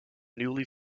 newly